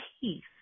peace